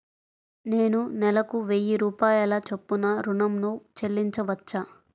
నేను నెలకు వెయ్యి రూపాయల చొప్పున ఋణం ను చెల్లించవచ్చా?